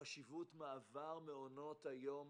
חשיבות מעבר מעונות היום